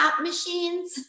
machines